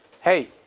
Hey